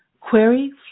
query